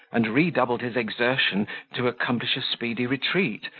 and redoubled his exertion to accomplish a speedy retreat,